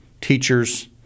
teachers